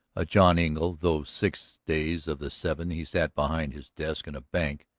a john engle, though six days of the seven he sat behind his desk in a bank,